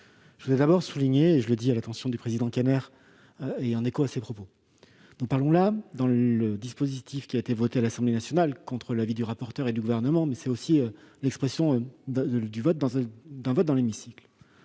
je voudrais d'abord souligner- je le dis à l'attention du président Kanner et en écho à ses propos -que nous parlons, s'agissant du dispositif qui a été voté à l'Assemblée nationale contre l'avis du rapporteur général et du Gouvernement, mais qui est aussi l'expression d'un vote dans l'hémicycle,